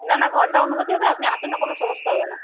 না না ঘন্টা অনুপাতেই হবে আপনি আসুন না কোনো সমস্যা হবে না